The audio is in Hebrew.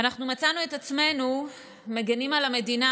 ואנחנו מצאנו את עצמנו מגינים על המדינה,